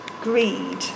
greed